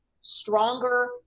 stronger